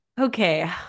Okay